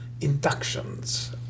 inductions